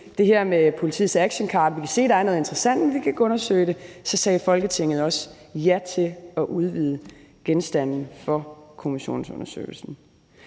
det her med politiets actioncard; vi kan se, at der er noget interessant, men vi kan ikke undersøge det. Så sagde Folketinget også ja til at udvide genstandsfeltet for kommissionsundersøgelsen.